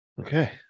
Okay